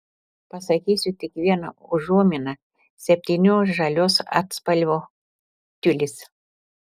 pasakysiu tik vieną užuominą septynių žalios atspalvių tiulis